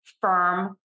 firm